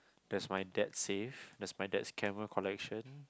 there's my dad's safe there's my dad's camera collection